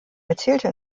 erzählte